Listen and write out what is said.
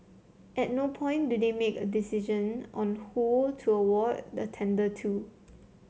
at no point do they make a decision on who to award the tender to